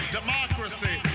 democracy